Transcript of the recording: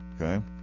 okay